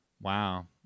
Wow